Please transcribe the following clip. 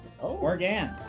Organ